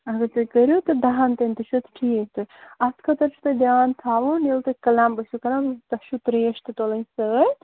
اَگر تُہۍ کٔرِو تہٕ دَہَن تام تہِ چھُ ٹھیٖک تہٕ اَتھ خٲطرٕ چھُ تۄہہِ دھیٛان تھاوُن ییٚلہِ تُہۍ کٕلینٛمب ٲسِو کَران تۄہہِ چھُ ترٛیش تہٕ تُلٕنۍ سۭتۍ